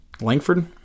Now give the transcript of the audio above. Langford